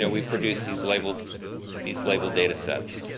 yeah we produce these label these label data sets.